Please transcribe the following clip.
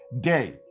day